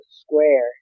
square